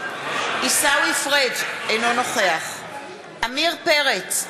אינו נוכח עמיר פרץ,